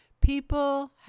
people